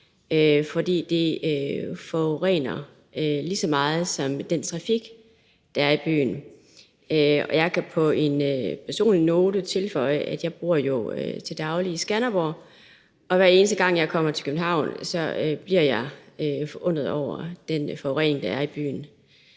for de forurener lige så meget som den trafik, der er i byen. Jeg kan på et personligt plan tilføje, at jeg til daglig bor i Skanderborg, og hver eneste gang jeg kommer til København, bliver jeg forundret over den forurening, der er i byen.